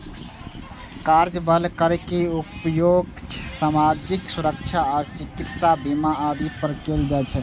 कार्यबल कर के उपयोग सामाजिक सुरक्षा आ चिकित्सा बीमा आदि पर कैल जाइ छै